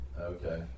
Okay